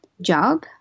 job